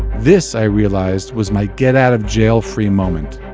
this, i realized, was my get-out-of-jail-free moment.